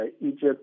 Egypt